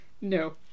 no